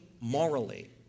morally